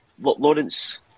Lawrence